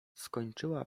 skończyła